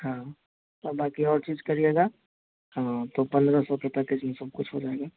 हाँ और बाक़ी और चीज़ करिएगा हाँ तो पंद्रह सौ के पैकेज में सब कुछ हो जाएगा